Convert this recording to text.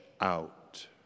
out